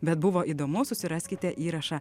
bet buvo įdomu susiraskite įrašą